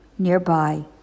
nearby